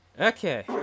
Okay